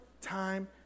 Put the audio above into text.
time